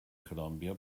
colombia